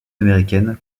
américaines